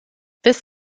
this